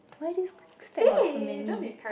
why this this step got so many